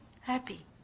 happy